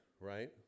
right